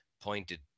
pointed